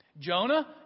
Jonah